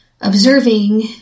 observing